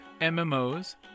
MMOs